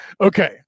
Okay